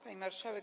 Pani Marszałek!